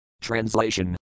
Translation